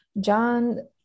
John